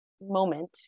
moment